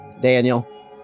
Daniel